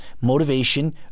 motivation